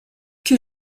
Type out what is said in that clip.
que